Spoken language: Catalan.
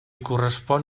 correspon